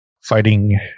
fighting